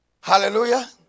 Hallelujah